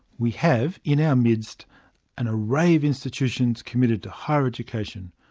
we have in our midst an array of institutions committed to higher education,